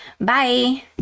Bye